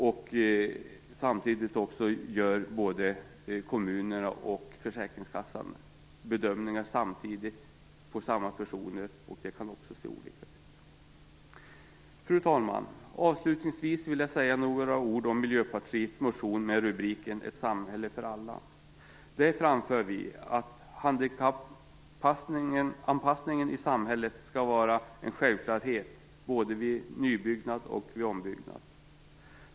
Dessutom gör kommunerna och försäkringskassan samtidigt bedömningar av en och samma person, och det kan också se olika ut. Fru talman! Avslutningsvis vill jag säga några ord om Miljöpartiets motion med rubriken "Ett samhälle för alla". Där framför vi att handikappanpassningen i samhället skall vara en självklarhet både vid nybyggnad och vid ombyggnad.